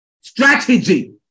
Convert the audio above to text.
strategy